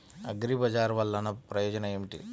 అగ్రిబజార్ వల్లన ప్రయోజనం ఏమిటీ?